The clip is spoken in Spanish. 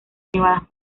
nevadas